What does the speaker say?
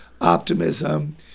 optimism